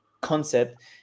concept